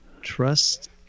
Trust